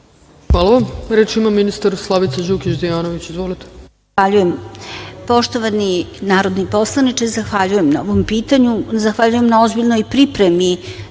Hvala vam. Reč ima ministar Slavica Đukić Dejanović. Izvolite.